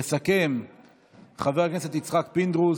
יסכם חבר הכנסת יצחק פינדרוס,